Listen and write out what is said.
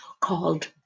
called